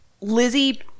Lizzie